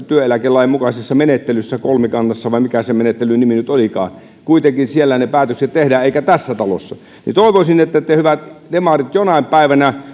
työeläkelain mukaisessa menettelyssä kolmikannassa vai mikä sen menettely nimi nyt olikaan kuitenkin siellä ne päätökset tehdään eikä tässä talossa toivoisin että te hyvät demarit jonain päivänä